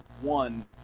one